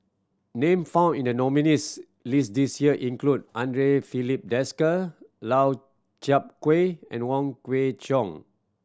name found in the nominees' list this year include Andre Filipe Desker Lau Chiap Khai and Wong Kwei Cheong